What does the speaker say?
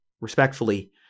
respectfully